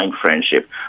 friendship